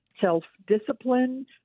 self-discipline